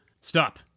Stop